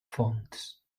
fonts